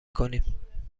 کنیم